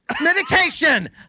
Medication